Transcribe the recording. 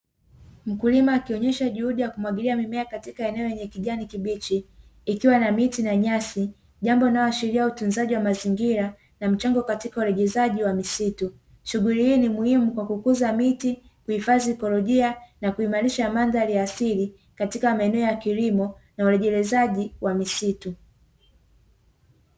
Mkulima akionesha juhudi ya kumwagilia mimea katika eneo lenye kijani kibichi ikiwa na miti na nyasi, jambo linaloashiria utunzaji wa mazingira na mchango katika utunzaji wa misitu. Shughuli hii ni muhimu kwa kukuza miti, kuhifadhi ekolojia na kuimarisha mandhari ya asili katika maeneo ya kilimo na umwagilizaji wa misitu.